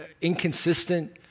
inconsistent